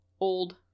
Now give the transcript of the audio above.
old